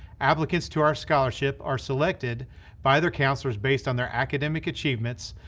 applicants to our scholarship are selected by their counselors based on their academic achievements,